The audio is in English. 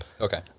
Okay